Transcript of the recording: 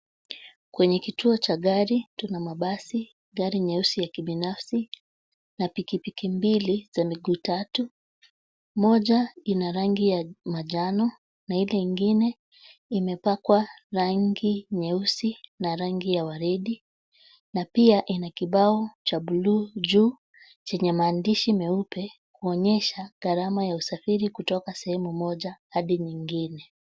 Kwenye kituo gari tuna mabasi, gari nyeusi ya kibinafsi na pikipiki mbili za miguu tatu, moja ina rangi ya manjano, na ile ingine imepakwa rangi nyeusi na rangi ya waridi na pia ina kibao cha blue juu chenye maandishi meupe kuonyesha gharama ya usafiri kutoka sehemu moja hadi nyingine.